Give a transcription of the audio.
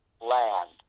land